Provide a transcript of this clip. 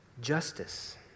justice